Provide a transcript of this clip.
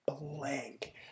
blank